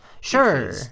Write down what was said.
Sure